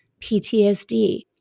PTSD